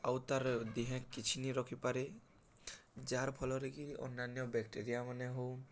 ଆଉ ତା'ର୍ ଦିହେଁ କିଛି ନ ରଖିପାରେ ଯାାହାର୍ ଫଲରେ କି ଅନ୍ୟାନ୍ୟ ବେକ୍ଟେରିଆ ମାନେ ହଉ